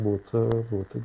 būtų būtų